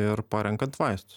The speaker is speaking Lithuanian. ir parenkant vaistus